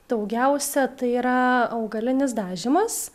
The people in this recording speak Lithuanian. daugiausia tai yra augalinis dažymas